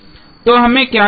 तो हमें क्या करना है